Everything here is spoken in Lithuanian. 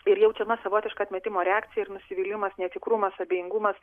ir jaučiama savotiška atmetimo reakcija ir nusivylimas netikrumas abejingumas